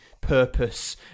purpose